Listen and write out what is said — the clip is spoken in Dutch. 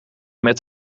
met